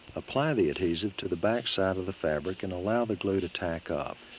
apply the adhesive to the backside of the fabric and allow the glue to tack up.